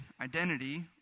identity